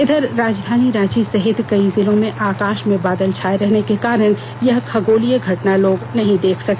इधर राजधानी रांची सहित कई जिलों में आकाश में बादल छाये रहने के कारण यह खगोलीय घटना नहीं देखा जा सका